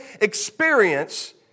experience